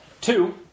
Two